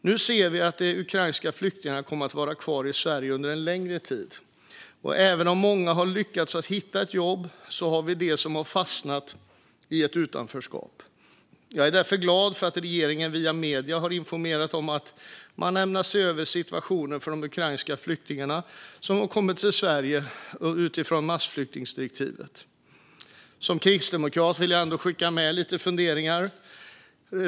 Nu ser vi att de ukrainska flyktingarna kommer att vara kvar i Sverige under en längre tid, och även om många har lyckats hitta ett jobb har vi dem som har fastnat i ett utanförskap. Jag är därför glad för att regeringen via medierna har informerat om att man ämnar se över situationen för de ukrainska flyktingar som har kommit till Sverige i enlighet med massflyktsdirektivet. Som kristdemokrat vill jag skicka med lite funderingar.